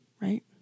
Right